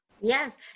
Yes